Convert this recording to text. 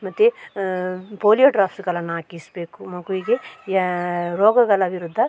ಮತ್ತು ಪೋಲಿಯೋ ಡ್ರಾಪ್ಸ್ಗಳನ್ನು ಹಾಕಿಸ್ಬೇಕು ಮಗುವಿಗೆ ಯಾ ರೋಗಗಳ ವಿರುದ್ಧ